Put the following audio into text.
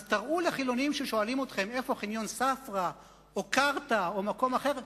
אז תראו לחילונים ששואלים אתכם איפה חניון ספרא או קרתא או מקום אחר.